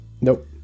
nope